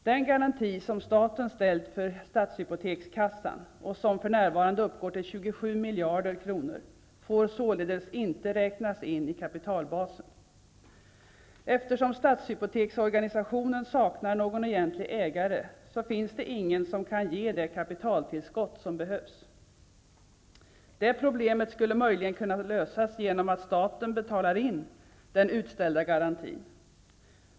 Den garanti som staten ställt för stadshypotekskassan, och som för närvarande uppgår till 27 miljarder kronor, får således inte räknas in i kapitalbasen. Eftersom stadshypoteksorganisationen saknar någon egentlig ägare, så finns det ingen som kan ge det kapitaltillskott som behövs. Det problemet skulle möjligen kunna lösas genom att staten betalar in den utställda garantin.